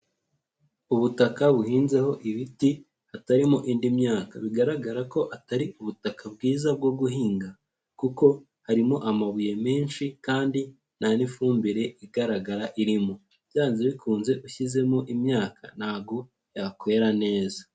Ubutaka buhinzeho ibiti hatarimo indi myaka, bigaragara ko atari ubutaka bwiza bwo guhinga kuko harimo amabuye menshi kandi nta n'ifumbire igaragara irimo. Byanze bikunze ushyizemo imyaka ntabwo yakwera neza.